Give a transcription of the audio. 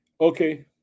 Okay